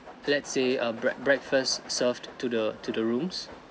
let's say err break~ breakfast served to the to the rooms